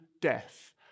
death